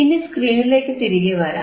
ഇനി സ്ക്രീനിലേക്കു തിരികെ വരാം